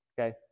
Okay